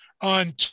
on